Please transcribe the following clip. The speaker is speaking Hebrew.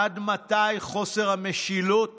עד מתי חוסר המשילות